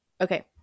Okay